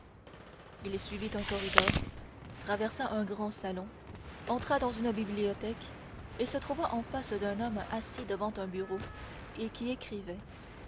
il suivit un corridor traversa un grand salon entra dans une bibliothèque et se trouva en face d'un homme assis devant un bureau et qui écrivait